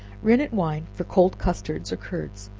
rennet wine for cold custards or curds.